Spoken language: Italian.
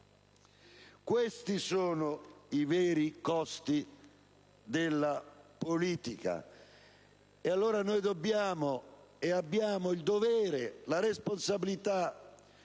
Questi sono i veri costi della politica. Allora noi abbiamo il dovere e la responsabilità